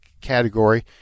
category